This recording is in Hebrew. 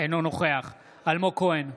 אינו נוכח אלמוג כהן,